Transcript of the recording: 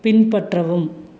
பின்பற்றவும்